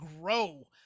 grow